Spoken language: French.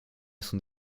son